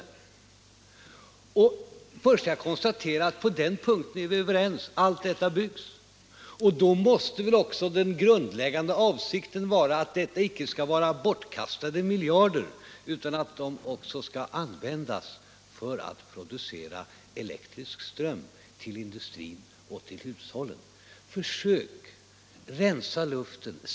Först och främst skall jag konstatera att på den här punkten är vi överens. Allt detta byggs. Då måste väl också den grundläggande avsikten vara att dessa miljarder icke skall vara bortkastade utan skall användas för att producera elektrisk ström till industrin och till hushållen. Försök att rensa luften!